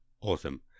Awesome